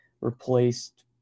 replaced